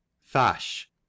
Fash